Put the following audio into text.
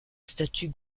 statut